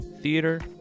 theater